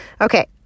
Okay